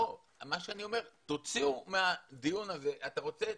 לא, מה שאני אומר, תוציאו מהדיון הזה אתה רוצה?